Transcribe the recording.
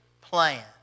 plan